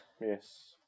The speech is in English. Yes